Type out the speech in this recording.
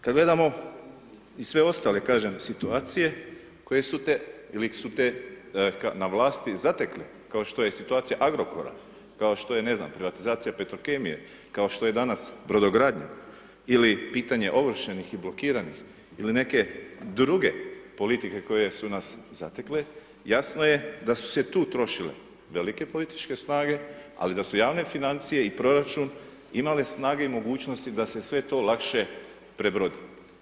Kad gledamo i sve ostale kažem situacije koje su te ili su te na vlasti zatekli kao što je situacija Agrokora, kao što je ne znam privatizacija Petrokemije, kao što je danas brodogradnja ili pitanje ovršenih ili blokiranih ili neke druge politike koje su nas zatekle, jasno je da su se tu trošile velike političke snage ali da su javne financije i proračun imale snage i mogućnosti da se sve to lakše prebrodi.